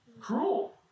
cruel